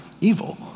evil